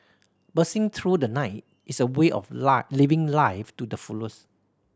bursting through the night is a way of living life to the